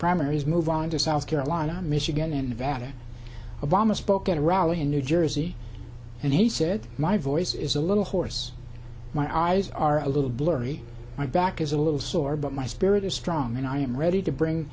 primaries move on to south carolina michigan and nevada obama spoke at a rally in new jersey and he said my voice is a little hoarse my eyes are a little blurry my back is a little sore but my spirit is strong and i am ready to bring